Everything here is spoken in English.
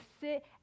sit